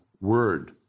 Word